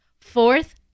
Fourth